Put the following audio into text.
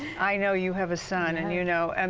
i know you have a son and you know, and